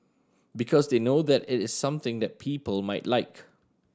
because they know that it is something that people might like